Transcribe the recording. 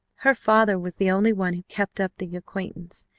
her father was the only one who kept up the acquaintance,